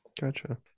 Gotcha